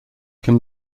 can